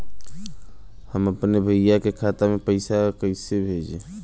हम अपने भईया के खाता में पैसा कईसे भेजी?